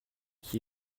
qui